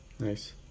Nice